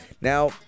Now